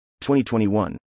2021